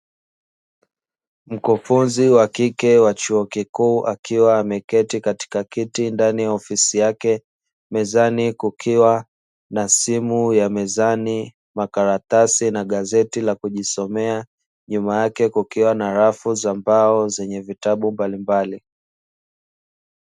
Mkufunzi wa kike wa chuo kikuu akiwa ameketi katika kiti ndani ya ofisi yake, mezani kukiwa na simu ya mezani, makaratasi, na gazeti la kujisomea nyuma yake kukiwa na rafu za mbao zenye vitabu mbalimbali.